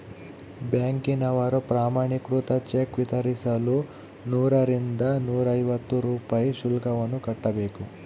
ಬ್ಯಾಂಕಿನವರು ಪ್ರಮಾಣೀಕೃತ ಚೆಕ್ ವಿತರಿಸಲು ನೂರರಿಂದ ನೂರೈವತ್ತು ರೂಪಾಯಿ ಶುಲ್ಕವನ್ನು ಕಟ್ಟಬೇಕು